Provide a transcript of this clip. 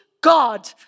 God